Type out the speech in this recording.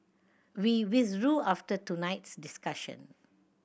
we withdrew after tonight's discussion